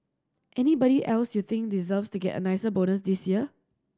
anybody else you think deserves to get a nicer bonus this year